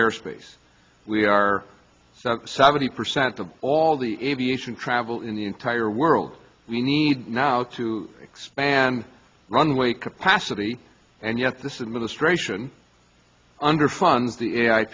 airspace we are seventy percent of all the aviation travel in the entire world we need now to expand runway capacity and yet this administration underfunded the